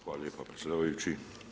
Hvala lijepo predsjedavajući.